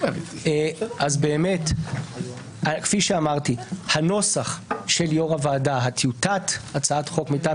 כמו שאמרתי טיוטת הצעת החוק מטעם